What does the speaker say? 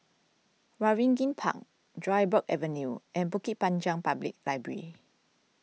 Waringin Park Dryburgh Avenue and Bukit Panjang Public Library